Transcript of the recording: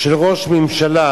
של ראש ממשלה